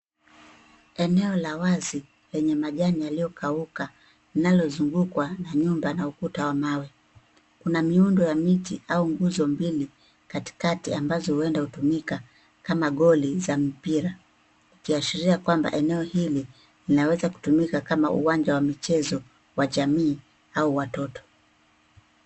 Eneo la wazi lenye majani yaliyokauka linalozungukwa na nyumba na ukuta wa mawe. Kuna miundo ya miti au nguzo mbili katikati ambazo huenda hutumika kama goli za mpira ikiashiria kwamba enaeo hili linaweza kutumika kama uwanja wa michezo wa jamii au watoto.